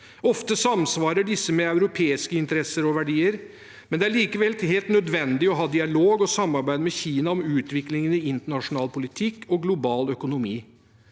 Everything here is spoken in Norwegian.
Ofte samsvarer disse med europeiske interesser og verdier, men det er likevel helt nødvendig å ha dialog og samarbeid med Kina om utviklingen i internasjonal politikk og global økonomi.